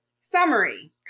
summary